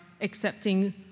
accepting